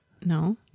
No